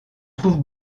trouve